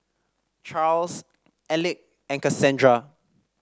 Charls Elick and Cassandra